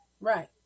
Right